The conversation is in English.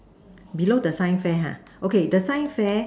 below the sign fair ha okay the sign fair